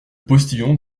postillon